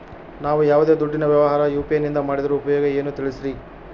ನಾವು ಯಾವ್ದೇ ದುಡ್ಡಿನ ವ್ಯವಹಾರ ಯು.ಪಿ.ಐ ನಿಂದ ಮಾಡಿದ್ರೆ ಉಪಯೋಗ ಏನು ತಿಳಿಸ್ರಿ?